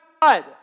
God